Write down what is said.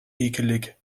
eklig